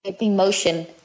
emotion